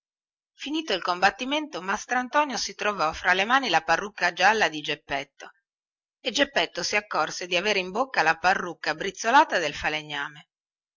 finito il combattimento mastrantonio si trovò fra le mani la parrucca gialla di geppetto e geppetto si accorse di avere in bocca la parrucca brizzolata del falegname